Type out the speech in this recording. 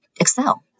excel